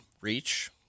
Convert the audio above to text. reach